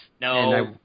No